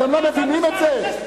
אתם לא מבינים את זה?